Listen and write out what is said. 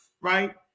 right